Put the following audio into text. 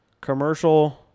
commercial